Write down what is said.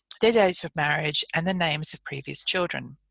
their date of marriage, and the names of previous children.